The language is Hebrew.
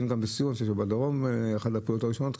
היינו בסיור בדרום כאחת הפעולות הראשונות.